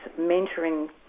mentoring